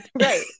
right